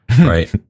right